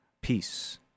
Peace